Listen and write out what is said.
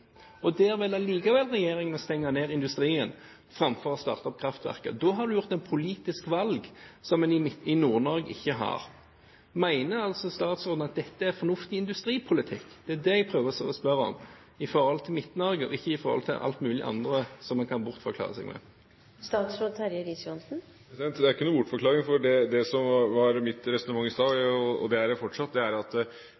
for der kan en velge mellom å stenge ned industri eller starte et kraftverk, og der velger likevel regjeringen å stenge ned industrien framfor å starte opp kraftverket. Da har en gjort et politisk valg, som en ikke har i Nord-Norge. Mener statsråden at dette er fornuftig industripolitikk? Det er det jeg prøver å spørre om når det gjelder Midt-Norge, ikke alt mulig annet som en kan bortforklare? Det er ikke noen bortforklaring. Det som var mitt resonnement i stad